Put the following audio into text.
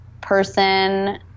Person